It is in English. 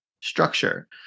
structure